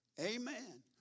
Amen